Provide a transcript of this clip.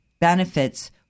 benefits